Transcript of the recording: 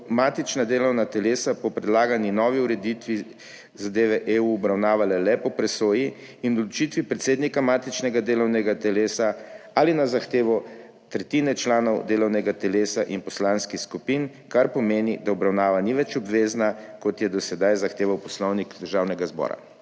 matična delovna telesa po predlagani novi ureditvi zadeve EU obravnavala le po presoji in odločitvi predsednika matičnega delovnega telesa ali na zahtevo tretjine članov delovnega telesa in poslanskih skupin, kar pomeni, da obravnava ni več obvezna, kot je do sedaj zahteval Poslovnik Državnega zbora.